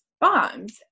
bombs